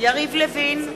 יריב לוין,